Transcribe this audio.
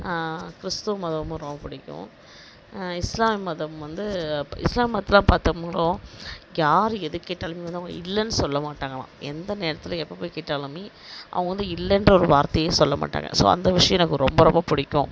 கிறித்துவ மதம் ரொம்ப பிடிக்கும் இஸ்லாம் மதம் வந்து இஸ்லாம் மதத்தை பார்த்தம்ங்கூடோ யாரு எதுக்கேட்டாலும் வந்து அவங்க இல்லைன்னு சொல்ல மாட்டாங்களாம் எந்த நேரத்தில் எப்போ போய் கேட்டாலும் அவங்க வந்து இல்லைன்ற ஒரு வார்த்தையே சொல்ல மாட்டாங்க ஸோ அந்த விஷயோம் நமக்கு ரொம்ப ரொம்ப பிடிக்கும்